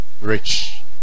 rich